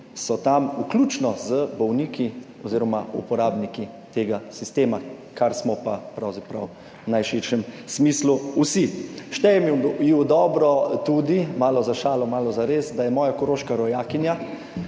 so tam, vključno z bolniki oziroma uporabniki tega sistema, kar smo pa pravzaprav v najširšem smislu vsi. Štejem ji v dobro tudi, malo za šalo malo zares, da je moja koroška rojakinja.